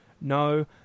no